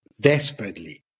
desperately